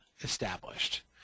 established